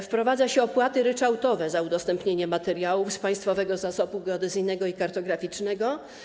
Wprowadza się opłaty ryczałtowe za udostępnienie materiałów z państwowego zasobu geodezyjnego i kartograficznego.